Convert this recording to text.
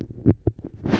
for littering